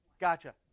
Gotcha